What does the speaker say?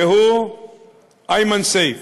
והוא איימן סייף,